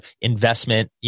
investment